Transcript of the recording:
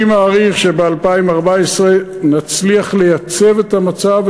אני מעריך שב-2014 נצליח לייצב את המצב,